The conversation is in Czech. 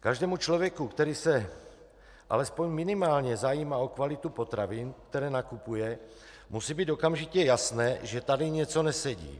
Každému člověku, který se alespoň minimálně zajímá o kvalitu potravin, které nakupuje, musí být okamžitě jasné, že tady něco nesedí.